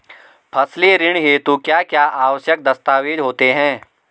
फसली ऋण हेतु क्या क्या आवश्यक दस्तावेज़ होते हैं?